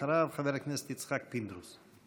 אחריו, חבר הכנסת יצחק פינדרוס.